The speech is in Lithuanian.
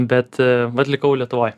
bet vat likau lietuvoj